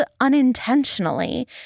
unintentionally